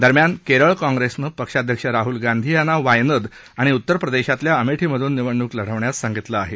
दरम्यान केरळ काँप्रेसनं पक्षाध्यक्ष राहुल गांधी यांना वायनद आणि उत्तरप्रदेशातल्या अमेठीमधून निवडणूक लढवण्यास सांगितलं आहे